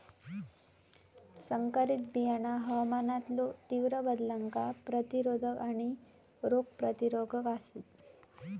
संकरित बियाणा हवामानातलो तीव्र बदलांका प्रतिरोधक आणि रोग प्रतिरोधक आसात